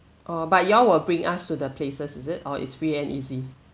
oh but you all will bring us to the places is it or is free and easy